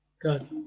Good